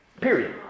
Period